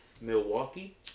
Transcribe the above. Milwaukee